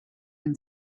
and